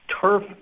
turf